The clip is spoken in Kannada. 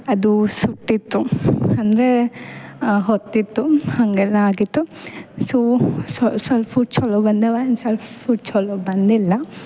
ಅದು ಸುಟ್ಟಿತ್ತು ಅಂದರೆ ಹೊತ್ತಿತ್ತು ಹಾಗೆಲ್ಲಾ ಆಗಿತ್ತು ಸೊ ಸೊಲ್ಪ ಫುಡ್ ಚಲೋ ಬಂದವ ಇನ್ನ ಸೊಲ್ಪ ಫುಡ್ ಚಲೋ ಬಂದಿಲ್ಲ